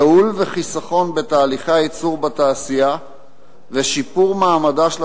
ייעול וחיסכון בתהליכי הייצור בתעשייה ושיפור מעמדה של